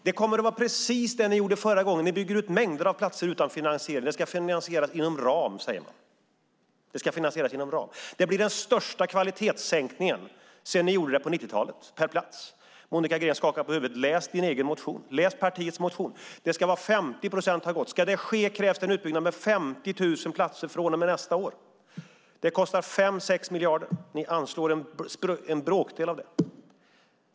Det kommer att bli precis som ni gjorde förra gången: Ni bygger ut mängder av platser utan finansiering. Det ska finansieras inom ram, säger man. Det blir den största kvalitetssänkningen per plats sedan ni gjorde det på 90-talet. Monica Green skakar på huvudet. Läs din egen motion! Läs partiets motion! Det ska vara 50 procent som har gått på högskolan. Ska det ske krävs det en utbyggnad med 50 000 platser från och med nästa år. Det kostar 5-6 miljarder. Ni anslår en bråkdel av det.